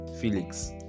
Felix